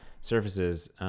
surfaces